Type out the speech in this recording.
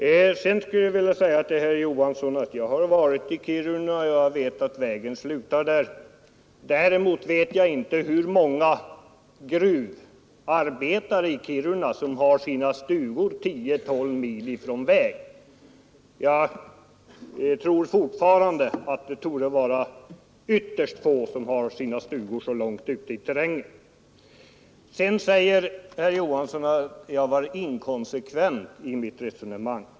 Till herr Johansson i Holmgården skulle jag vilja säga att jag har varit i Kiruna och vet att vägen slutar där. Däremot vet jag inte hur många gruvarbetare i Kiruna som har sina stugor 10—12 mil ifrån väg. Jag tror fortfarande att det är ytterst få som har sina stugor så långt ute i terrängen. Herr Johansson sade att jag var inkonsekvent i mitt resonemang.